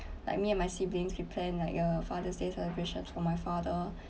like me and my siblings we plan like uh father's day celebrations for my father